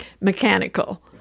mechanical